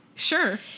sure